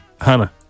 Hannah